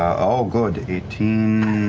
oh, good, eighteen,